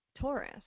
Taurus